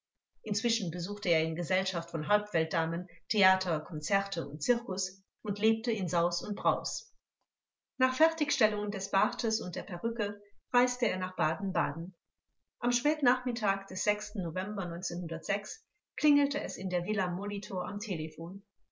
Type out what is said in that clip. inzwischen besuchte er in gesellschaft von halbweltdamen theater konzerte und zirkus und lebte in saus und braus nach fertigstellung des bartes und der perücke reiste er nach baden-baden am spätnachmittag des november klingelte es in der villa molilor am